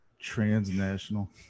Transnational